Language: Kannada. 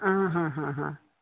ಹಾಂ ಹಾಂ ಹಾಂ ಹಾಂ